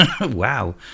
Wow